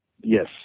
Yes